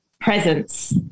presence